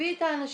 הביא את האנשים,